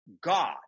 God